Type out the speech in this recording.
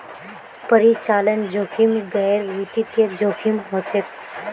परिचालन जोखिम गैर वित्तीय जोखिम हछेक